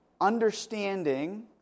understanding